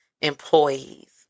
employees